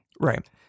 Right